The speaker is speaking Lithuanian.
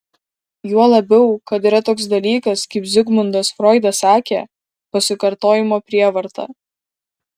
juo labiau kad yra toks dalykas kaip zigmundas froidas sakė pasikartojimo prievarta